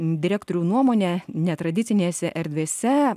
direktorių nuomone netradicinėse erdvėse